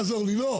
אל תעזור לי, לא.